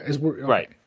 right